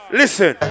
listen